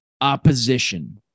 opposition